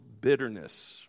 bitterness